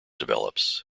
develops